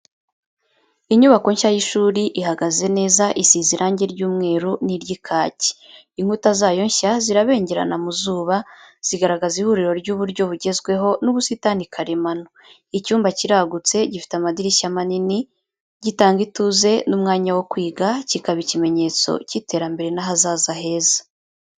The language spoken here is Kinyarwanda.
Inyubako nshya y’ishuri ihagaze neza, isize irangi ry’umweru n’irya kaki. Inkuta zayo nshya zirabengerana mu zuba, zigaragaza ihuriro ry’uburyo bugezweho n’ubusitani karemano. Icyumba kiragutse, gifite amadirishya manini, gitanga ituze n’umwanya wo kwiga, kikaba ikimenyetso cy’iterambere n’ahazaza heza.